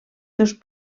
dos